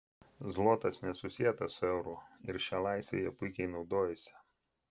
zlotas nesusietas su euru ir šia laisve jie puikiai naudojasi